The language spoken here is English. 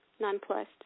nonplussed